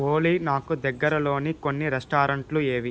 ఓలీ నాకు దగ్గరలోని కొన్ని రెస్టారెంట్లు ఏవి